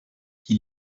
qui